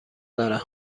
دارم